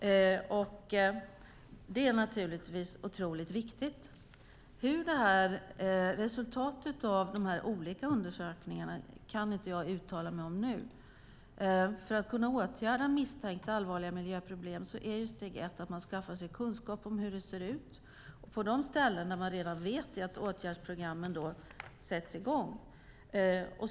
Det är naturligtvis otroligt viktigt. Jag kan inte nu uttala mig om resultatet av de olika undersökningarna. För att kunna åtgärda misstänkta allvarliga miljöproblem är steg ett att man skaffar sig kunskap om hur det ser ut och att åtgärdsprogrammen sätts i gång på de ställen där man redan vet att problemen finns.